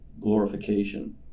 glorification